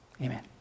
Amen